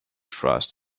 trust